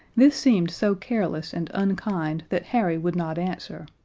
this seemed so careless and unkind that harry would not answer,